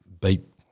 beat